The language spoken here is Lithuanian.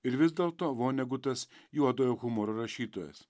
ir vis dėlto vonegutas juodojo humoro rašytojas